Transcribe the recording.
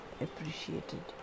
appreciated